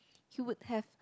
he would have